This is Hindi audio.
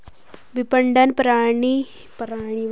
विपणन प्रणाली से काश्तकारों को कैसे सुविधा प्राप्त हो सकती है?